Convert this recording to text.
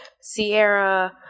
Sierra